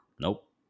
Nope